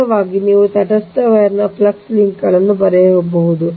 ಆದ್ದರಿಂದ ನೇರವಾಗಿ ನೀವು ತಟಸ್ಥ ವೈರ್ನ ಫ್ಲಕ್ಸ್ ಲಿಂಕ್ಗಳನ್ನು ಬರೆಯಬಹುದು